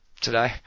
today